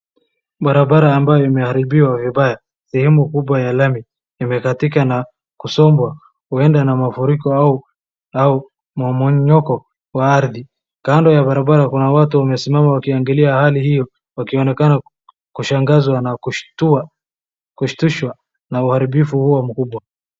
Barabara ambayo imeharibiwa vibaya sehemu kubwa ya lami imekatika na kusombwa huenda na mafuriko au mmomonyoko wa ardhi. Kando ya barabara kuna watu wamesimama wakiangalia hali hio wakionekana kushangazwa na kushtushwa na uharibifu huo mkubwa.